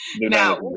Now